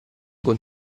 con